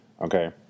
Okay